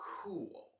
cool